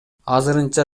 азырынча